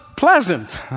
Pleasant